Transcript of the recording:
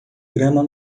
grama